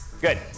Good